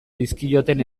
dizkioten